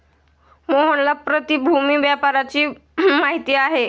मोहनला प्रतिभूति व्यापाराची माहिती आहे